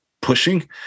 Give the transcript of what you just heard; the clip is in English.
pushing